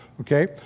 okay